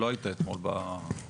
לא היית אתמול בישיבה.